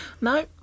No